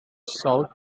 south